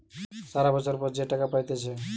সারা বছর পর যে টাকা পাইতেছে